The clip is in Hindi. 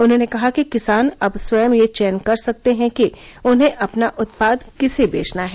उन्होंने कहा कि किसान अब स्वयं यह चयन कर सकते हैं कि उन्हें अपना उत्पाद किसे बेचना है